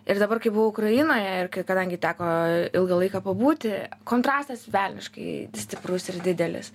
ir dabar kai buvau ukrainoje ir kai kadangi teko ilgą laiką pabūti kontrastas velniškai stiprus ir didelis